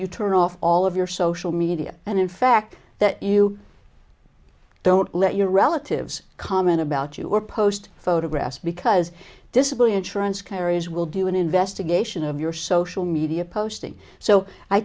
you turn off all of your social media and in fact that you don't let your relatives comment about you or post photographs because disability insurance carriers will do an investigation of your social media posting so i